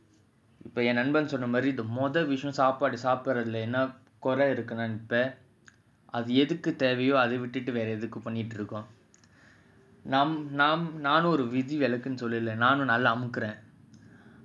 இப்போஎன்நண்பன்சொன்னமாதிரிஇந்தமொதவிஷயம்சாப்பாடுசாப்பிட்றதுலஎன்னகொரஇருக்குன்னா இப்பஅதுஎதுக்குதேவையோஅதவிட்டுட்டுவேறஎதுக்குபண்ணிட்ருக்கோம்நானும்ஒருவிதிவிலக்குனுசொல்லிக்கலாம்நானும்நல்லாஅமுக்குறேன்:ipo en nanban sonnamadhiri indha motha vishayam sapadu sapdrathula enna kora irukkuna ipa adhu edhuku thevayo adha vitutu vera edhukku pannitrukom nanum oru vithivilakkunu sollikalam nanum nalla amukkuren